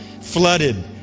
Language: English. flooded